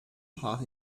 hart